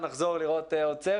בלי שום קשר לדעות פוליטיות,